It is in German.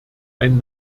ein